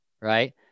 Right